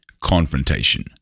confrontation